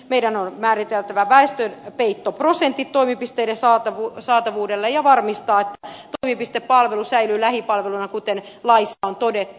meidän on määriteltävä väestönpeittoprosentit toimipisteiden saatavuudelle ja varmistettava että toimipistepalvelu säilyy lähipalveluna kuten laissa on todettu